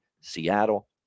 seattle